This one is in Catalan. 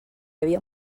havia